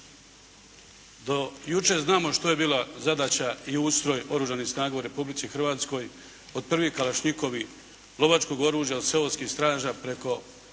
Do jučer znamo što je bila zadaća i ustroj Oružanih snaga u Republici Hrvatskoj, od prvi kalašnikovi lovačkog oružja, od seoskih straža, preko "Bljeska"